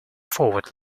forward